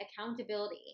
accountability